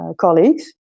colleagues